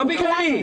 לא בגללי.